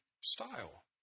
style